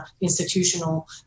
institutional